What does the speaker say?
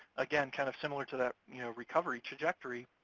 again, kind of similar to that you know recovery trajectory,